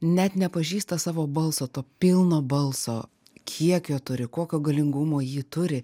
net nepažįsta savo balso to pilno balso kiek jo turi kokio galingumo jį turi